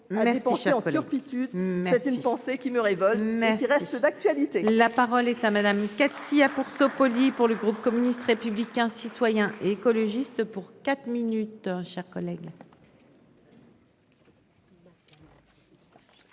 Merci, cher collègue,